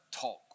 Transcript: talk